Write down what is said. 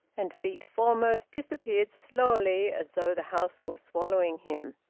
and, feet foremost, disappeared slowly, as though the house were swallowing him.